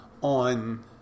on